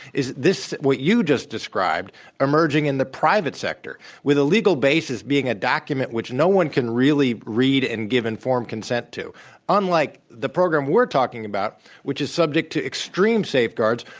is what you just described emerging in the private sector, with a legal basis being a document which no one can really read and give informed consent to unlike the program we're talking about, which is subject to extreme safeguards,